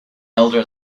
elder